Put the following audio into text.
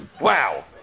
wow